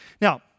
Now